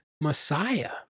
Messiah